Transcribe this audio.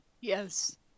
Yes